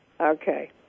okay